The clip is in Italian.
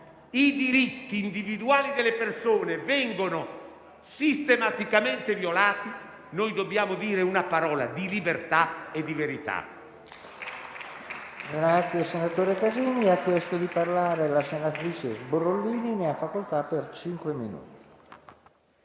i diritti individuali delle persone vengono sistematicamente violati, noi dobbiamo dire una parola di libertà e di verità.